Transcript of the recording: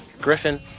Griffin